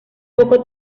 poco